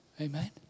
Amen